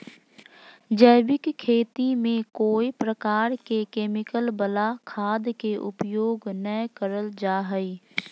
जैविक खेती में कोय प्रकार के केमिकल वला खाद के उपयोग नै करल जा हई